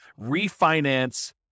refinance